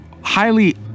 highly